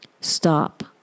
stop